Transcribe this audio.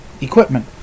equipment